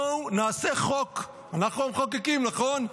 בואו נעשה חוק, אנחנו המחוקקים, נכון?